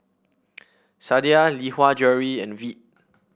Sadia Lee Hwa Jewellery and Veet